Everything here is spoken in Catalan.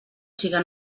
siga